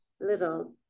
little